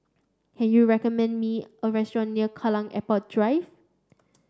can you recommend me a restaurant near Kallang Airport Drive